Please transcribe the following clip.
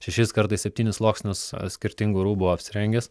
šešis kartais septynis sluoksnius skirtingų rūbų apsirengęs